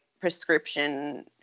prescription